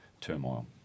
turmoil